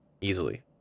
easily